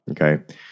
Okay